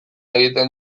egiten